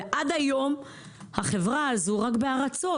ועד היום החברה הזו רק בהרצות.